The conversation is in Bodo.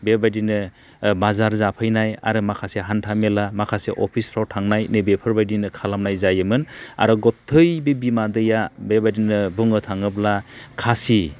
बेबायदिनो बाजार जाफैनाय आरो माखासे हान्थामेला माखासे अफिसफ्राव थांनाय नैबेफोरबायदिनो खालामनाय जायोमोन आरो गथाइ बे बिमादैआ बेबायदिनो बुंनो थाङोब्ला खासि